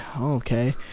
Okay